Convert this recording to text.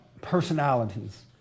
personalities